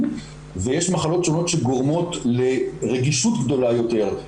ויש מחלות שונות שגורמות לרגישות גדולה יותר,